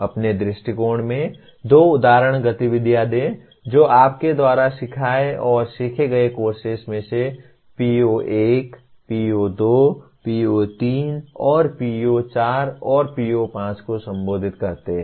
अपने दृष्टिकोण में दो उदाहरण गतिविधियां दें जो आपके द्वारा सिखाए और सीखे गए कोर्सेस में से PO1 PO2 PO3 और PO4 और PO5 को संबोधित करते हैं